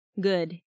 Good